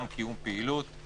גם קיום פעילות,